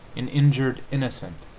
an injured innocent